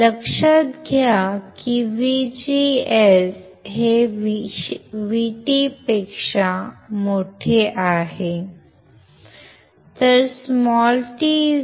लक्षात घ्या की VGS हे VT पेक्षा मोठे आहे